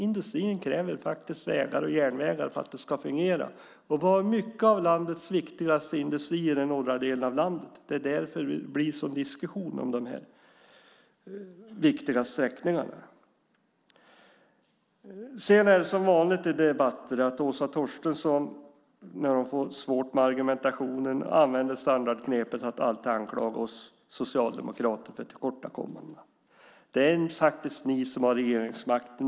Industrin kräver faktiskt vägar och järnvägar för att det ska fungera. Vi har mycket av landets viktigaste industrier i norra delen av landet. Det är därför det blir en sådan diskussion om dessa viktiga sträckningar. Sedan är det som vanligt i debatterna att när Åsa Torstensson får svårt med argumentationen använder hon standardknepet att alltid anklaga oss socialdemokrater för våra tillkortakommanden. Det är faktiskt ni som har regeringsmakten.